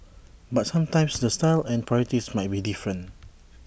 but sometimes the style and priorities might be different